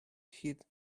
heed